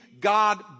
God